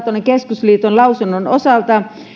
keskusliiton lausunnon osalta